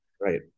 right